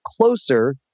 closer